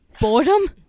Boredom